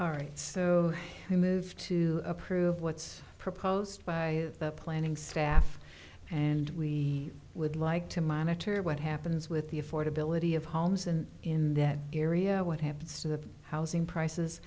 all right so i move to approve what's proposed by the planning staff and we would like to monitor what happens with the affordability of homes and in that area what happens to the housing prices